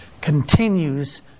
continues